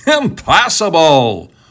Impossible